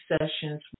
sessions